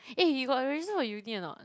eh you got register for uni or not